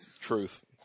Truth